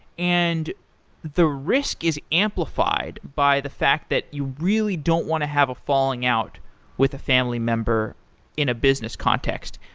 and the risk is amplified by the fact that you really don't want to have a falling out with a family member in a business context.